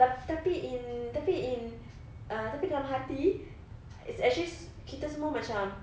tapi in tapi in uh dalam hati it's actually kita semua macam